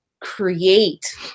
create